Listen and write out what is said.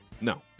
No